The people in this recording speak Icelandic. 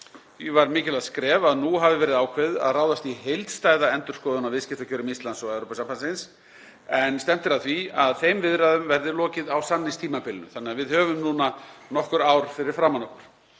Því var mikilvægt skref að nú hafi verið ákveðið að ráðast í heildstæða endurskoðun á viðskiptakjörum Íslands og Evrópusambandsins en stefnt er að því að þeim viðræðum verði lokið á samningstímabilinu þannig að við höfum núna nokkur ár fyrir framan okkur.